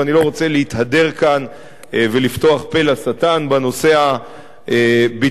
ואני לא רוצה להתהדר כאן ולפתוח פה לשטן בנושא הביטחוני,